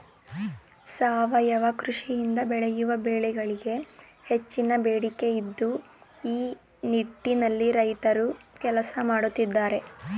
ಸಾವಯವ ಕೃಷಿಯಿಂದ ಬೆಳೆಯುವ ಬೆಳೆಗಳಿಗೆ ಹೆಚ್ಚಿನ ಬೇಡಿಕೆ ಇದ್ದು ಈ ನಿಟ್ಟಿನಲ್ಲಿ ರೈತ್ರು ಕೆಲಸ ಮಾಡತ್ತಿದ್ದಾರೆ